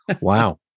Wow